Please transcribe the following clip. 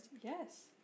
Yes